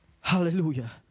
Hallelujah